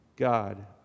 God